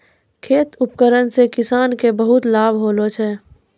खेत उपकरण से किसान के बहुत लाभ होलो छै